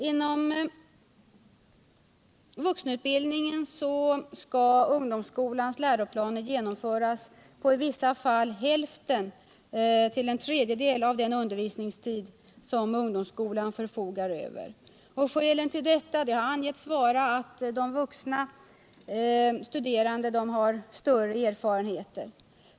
Inom vuxenutbildningen skall ungdomsskolans läroplaner genomföras på i vissa fall hälften till en tredjedel av den undervisningstid som ungdomsskolan förfogar över. Skälet härtill har angetts vara att de vuxna studerande har större erfarenheter.